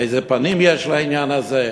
איזה פנים יש לעניין הזה?